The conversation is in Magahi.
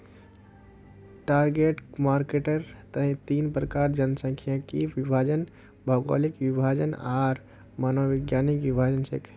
टारगेट मार्केटेर तीन प्रकार जनसांख्यिकीय विभाजन, भौगोलिक विभाजन आर मनोवैज्ञानिक विभाजन छेक